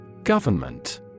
Government